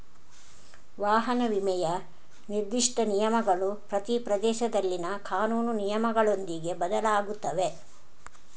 ವಾಹನ ವಿಮೆಯ ನಿರ್ದಿಷ್ಟ ನಿಯಮಗಳು ಪ್ರತಿ ಪ್ರದೇಶದಲ್ಲಿನ ಕಾನೂನು ನಿಯಮಗಳೊಂದಿಗೆ ಬದಲಾಗುತ್ತವೆ